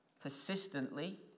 persistently